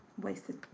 Wasted